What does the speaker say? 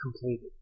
completed